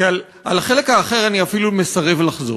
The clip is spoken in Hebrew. כי על החלק האחר אני אפילו מסרב לחזור,